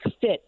fit